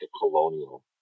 colonial